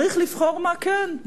צריך לבחור מה כן.